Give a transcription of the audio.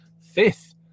fifth